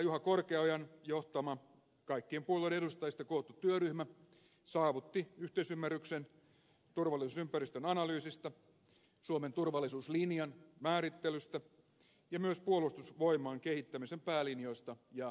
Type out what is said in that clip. juha korkeaojan johtama kaikkien puolueiden edustajista koottu työryhmä saavutti yhteisymmärryksen turvallisuusympäristön analyysistä suomen turvallisuuslinjan määrittelystä ja myös puolustusvoimain kehittämisen päälinjoista ja resursseista